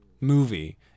movie